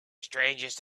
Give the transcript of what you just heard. strangest